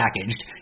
packaged